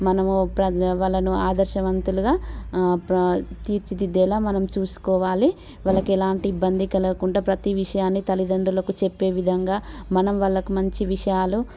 మనము వాళ్ళను అదర్శవంతులుగా తీర్చిదిద్ధేలా మనం చూసుకోవాలి వాళ్ళకి ఎలాంటి ఇబ్బంది కలగకుండా ప్రతీ విషయాన్ని తల్లిదండ్రులకు చెప్పే విధంగా మనం వాళ్ళకు మంచి విషయాలు